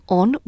on